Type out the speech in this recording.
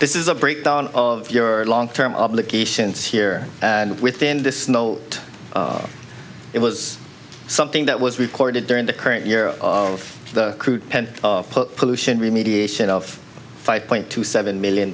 this is a breakdown of your long term obligations here and within this no it was something that was recorded during the current year of crude and pollution we mediation of five point two seven million